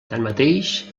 tanmateix